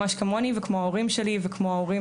ממש כמוני וכמו ההורים שלי וכמו ההורים